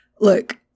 look